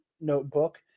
notebook